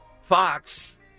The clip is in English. Fox